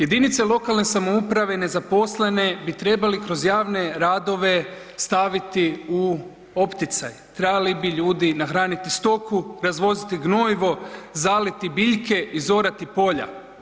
Jedinice lokalne samouprave nezaposlene bi trebali kroz javne radove staviti u opticaj, trebali bi ljudi nahraniti stoku, razvoziti gnojivo, zaliti biljke, izorati polja.